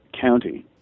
county